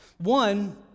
One